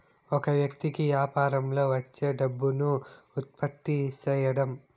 ఒక వ్యక్తి కి యాపారంలో వచ్చే డబ్బును ఉత్పత్తి సేయడం